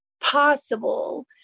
possible